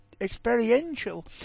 experiential